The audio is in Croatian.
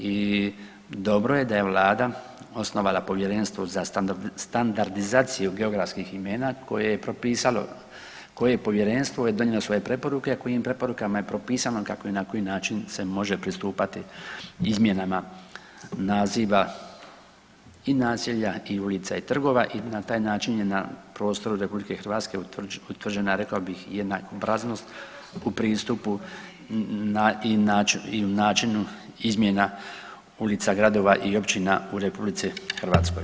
I dobro je da je vlada osnovala Povjerenstvo za standardizaciju geografskih imena koje je propisalo, koje je povjerenstvo je donijelo svoje preporuke, a kojim preporukama je propisano kako i na koji način se može pristupati izmjenama naziva i naselja i ulica i trgova i na taj način je na prostoru RH utvrđena rekao bih jedna obraznost u pristupu i u načinu izmjena ulica, gradova i općina u RH.